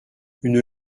une